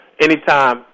anytime